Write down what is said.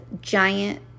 giant